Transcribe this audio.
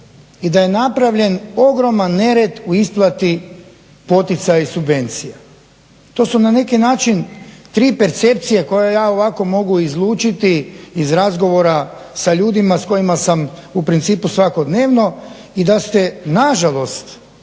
i da je napravljen ogroman nered u isplati poticaja i subvencija. To su na neki način tri percepcije koje ja ovako mogu izlučiti iz razgovora sa ljudima s kojima sam u principu svakodnevno i da ste nažalost